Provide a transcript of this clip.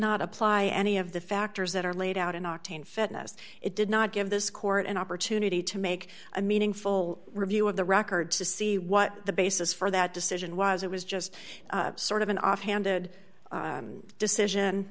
not apply any of the factors that are laid out in octane fitness it did not give this court an opportunity to make a meaningful review of the record to see what the basis for that decision was it was just sort of an off handed decision